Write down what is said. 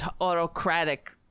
autocratic